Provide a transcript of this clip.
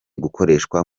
gukoreshwa